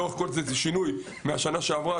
זה שינוי מהשנה שעברה.